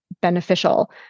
beneficial